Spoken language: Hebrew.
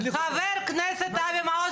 בעיקרון הדוח של האוצר שהוצג,